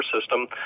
system